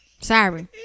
sorry